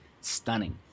stunning